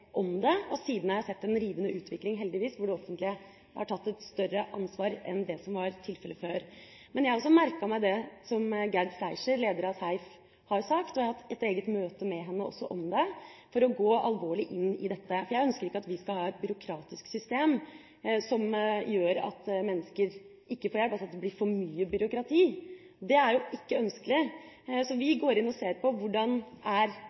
om det. Siden har jeg sett en rivende utvikling, heldigvis, hvor det offentlige har tatt et større ansvar enn det som var tilfellet før. Men jeg har også merket meg det som Gerd Fleischer, leder av SEIF, har sagt. Jeg har hatt et eget møte med henne om det, for å gå alvorlig inn i dette, for jeg ønsker ikke at vi skal ha et byråkratisk system som gjør at mennesker ikke får hjelp – altså at det blir for mye byråkrati. Det er ikke ønskelig, så vi går inn og ser på hvordan situasjonen faktisk er,